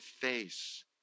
face